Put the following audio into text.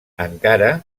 encara